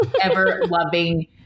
ever-loving